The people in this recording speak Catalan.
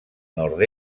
nord